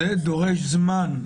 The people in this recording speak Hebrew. זה דורש זמן,